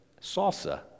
salsa